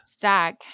zag